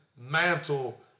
mantle